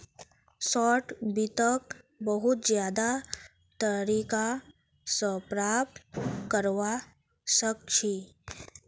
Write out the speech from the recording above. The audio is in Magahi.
शार्ट वित्तक बहुत ज्यादा तरीका स प्राप्त करवा सख छी